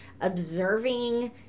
observing